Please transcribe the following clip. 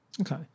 Okay